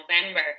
November